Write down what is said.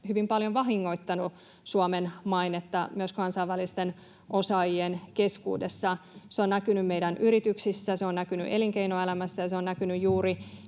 hyvin paljon vahingoittanut Suomen mainetta myös kansainvälisten osaajien keskuudessa. Se on näkynyt meidän yrityksissämme, se on näkynyt elinkeinoelämässä ja se on näkynyt juuri